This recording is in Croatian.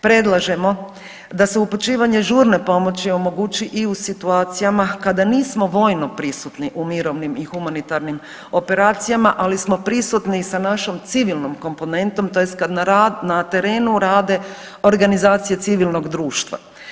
Predlažemo da se upućivanje žurne pomoći omogući i u situacijama kada nismo vojno prisutni u mirovnim i humanitarnim operacijama, ali smo prisutni sa našom civilnom komponentnom tj. kad na terenu rade organizacije civilnog društva.